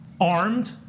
armed